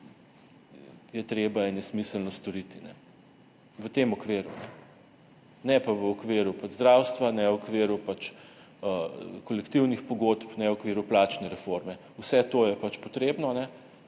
treba in smiselno storiti, v tem okviru, ne pa v okviru zdravstva, ne v okviru kolektivnih pogodb, ne v okviru plačne reforme. Vse to je potrebno,